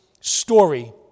story